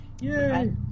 Yay